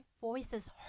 voices